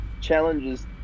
challenges